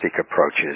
approaches